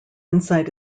inside